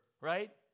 right